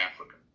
africa